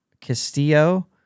Castillo